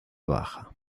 baja